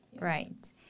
Right